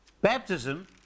Baptism